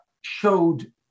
showed